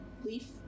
Leaf